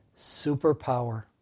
superpower